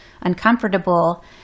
uncomfortable